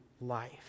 life